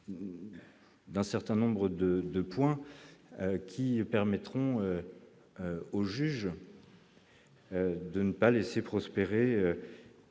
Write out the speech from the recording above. d'un certain nombre de 2 points qui permettront au juge. De ne pas laisser prospérer